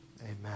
Amen